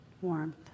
warmth